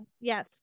Yes